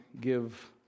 give